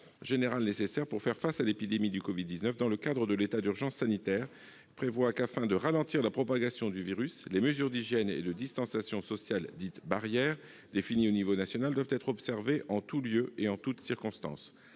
générales nécessaires pour faire face à l'épidémie de Covid-19 dans le cadre de l'état d'urgence sanitaire prévoient qu'afin de ralentir la propagation du virus « les mesures d'hygiène et de distanciation sociale, dites " barrières ", définies au niveau national, doivent être observées en tout lieu et en toute circonstance